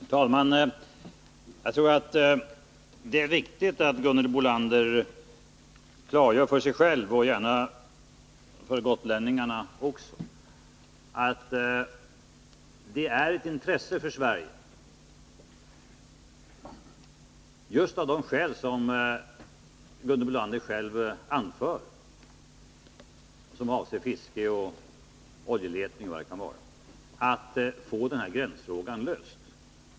Herr talman! Jag tror att det är viktigt att Gunhild Bolander klargör för sig själv och gärna också för andra gotlänningar att det är ett intresse för Sverige att få den här gränsfrågan löst just av de skäl som Gunhild Bolander själv 2 anför och som avser fiske och oljeletning och vad det kan vara.